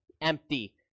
empty